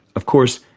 of course,